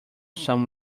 some